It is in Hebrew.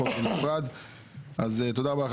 אז תודה רבה לך,